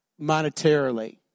monetarily